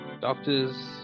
doctors